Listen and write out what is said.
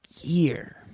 year